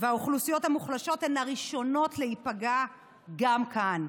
והאוכלוסיות המוחלשות הן הראשונות להיפגע גם כאן.